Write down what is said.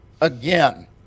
again